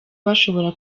bashobora